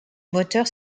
moteurs